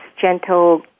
gentle